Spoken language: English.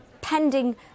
pending